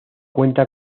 cuenta